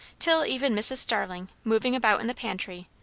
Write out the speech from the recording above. till even mrs. starling, moving about in the pantry,